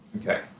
Okay